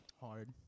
Hard